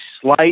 slight